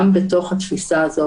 גם בתוך התפיסה הזאת,